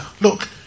Look